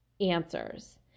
Answers